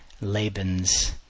Laban's